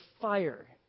fire